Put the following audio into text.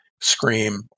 scream